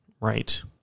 right